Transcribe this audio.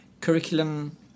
curriculum